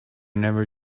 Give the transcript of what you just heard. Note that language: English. never